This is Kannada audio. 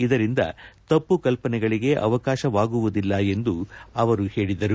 ಇದರಿಂದ ತಮ್ಪ ಕಲ್ಪನೆಗಳಿಗೆ ಅವಕಾಶ ವಾಗುವುದಿಲ್ಲ ಎಂದು ಅವರು ಹೇಳಿದರು